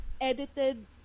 edited